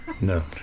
No